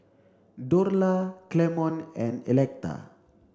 Dorla Clemon and Electa